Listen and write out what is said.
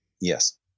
Yes